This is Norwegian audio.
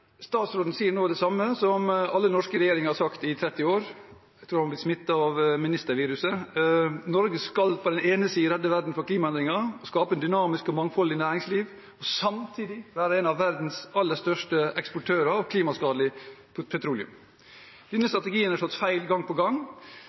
Statsråden sier nå det samme som alle norske regjeringer har sagt i 30 år – jeg tror han har blitt smittet av ministerviruset – at Norge skal på den ene siden redde verden for klimaendringer og skape et dynamisk og mangfoldig næringsliv og samtidig være en av verdens aller største eksportører av klimaskadelig petroleum. Denne